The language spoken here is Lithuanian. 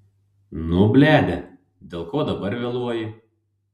nu bledė dėl ko dabar vėluoji